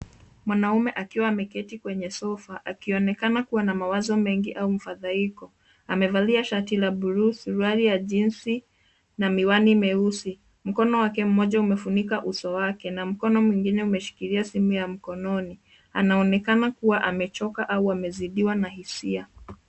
Mwanaume akiwa ameketi kwenye sofa akionekana kuwa na mawazo mengi au mfadhaiko. Amevalia shati la buluu, suruali ya jinsi na miwani mieusi. mkono wake mmoja umefunika uso wake, na mkono mwingine umeshikilia simu ya mkononi. Anaonekana kuwa amechoka au amezidiwa na hisia.